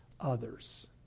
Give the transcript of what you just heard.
others